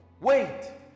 Wait